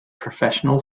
professional